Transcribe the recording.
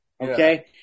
Okay